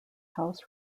house